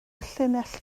llinell